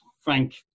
frank